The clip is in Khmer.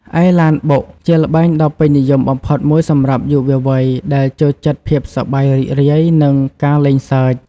ឯឡានបុក ជាល្បែងដ៏ពេញនិយមបំផុតមួយសម្រាប់យុវវ័យ ដែលចូលចិត្តភាពសប្បាយរីករាយ និងការលេងសើច។